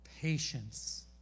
patience